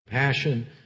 Passion